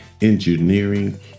engineering